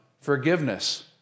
forgiveness